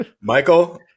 Michael